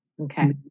Okay